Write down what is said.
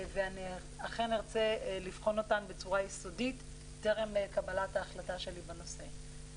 ואני אכן ארצה לבחון אותן בצורה יסודית טרם קבלת ההחלטה שלי בנושא.